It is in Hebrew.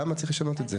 למה צריך לשנות את זה?